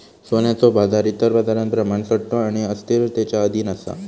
सोन्याचो बाजार इतर बाजारांप्रमाण सट्टो आणि अस्थिरतेच्या अधीन असा